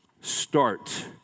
start